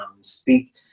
speak